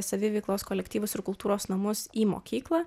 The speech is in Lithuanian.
saviveiklos kolektyvus ir kultūros namus į mokyklą